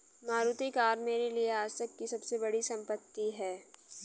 Maruti car मेरे लिए आजतक की सबसे बड़ी संपत्ति है